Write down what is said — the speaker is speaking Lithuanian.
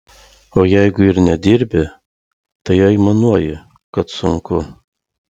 o jeigu ir nedirbi tai aimanuoji kad sunku